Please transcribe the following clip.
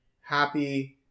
happy